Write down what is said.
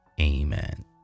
Amen